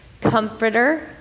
comforter